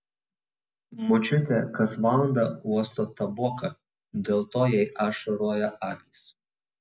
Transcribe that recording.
močiutė kas valandą uosto taboką dėl to jai ašaroja akys